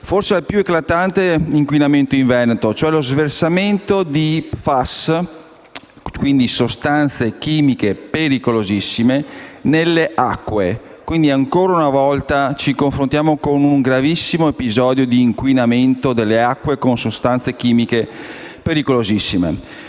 che avviene in Veneto, cioè lo sversamento di Pfas, quindi sostanze chimiche pericolosissime, nelle acque. Quindi, ancora una volta, ci confrontiamo con un gravissimo episodio di inquinamento delle acque con sostanze chimiche pericolosissime.